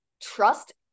trust